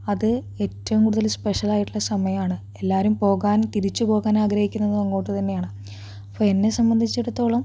അത് ഏറ്റവും കൂടുതൽ സ്പെഷ്യലായിട്ടുള്ള സമയമാണ് എല്ലാവരും പോകാൻ തിരിച്ചു പോകാൻ ആഗ്രഹിക്കുന്നതും അങ്ങോട്ടു തന്നെയാണ് അപ്പോൾ എന്നെ സംബന്ധിച്ചിടത്തോളം